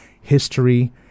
history